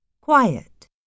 Quiet